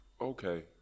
okay